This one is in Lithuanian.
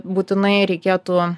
būtinai reikėtų